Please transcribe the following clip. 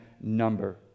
number